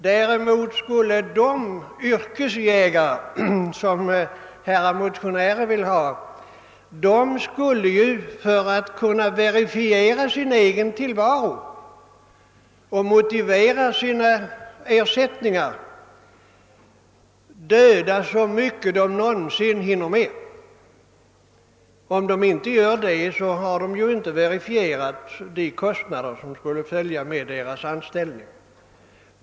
Däremot skulle de yrkesjägare, som herrar motionärer tänkt sig, för att berättiga sin tillvaro och göra skäl för sin ersättning döda så mycket de någonsin hinner med. Om de inte gör det, har deras insatser inte svarat mot de kostnader som skulle följa med deras anställning.